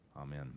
Amen